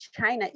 china